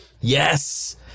Yes